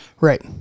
Right